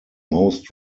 most